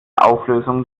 auflösung